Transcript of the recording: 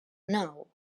nou